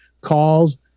calls